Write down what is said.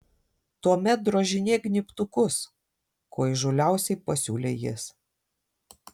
tuomet drožinėk gnybtukus kuo įžūliausiai pasiūlė jis